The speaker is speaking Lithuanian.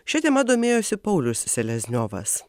šia tema domėjosi paulius selezniovas